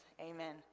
amen